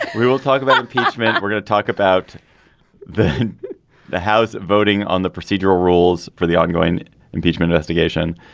we will talk about impeachment we're going to talk about the the house voting on the procedural rules for the ongoing impeachment investigation